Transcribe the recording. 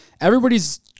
everybody's